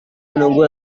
menunggu